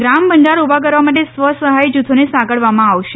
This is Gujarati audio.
ગ્રામ ભંડાર ઊભા કરવાં માટે સ્વ સહાય જૂથોને સાંકળવામાં આવશે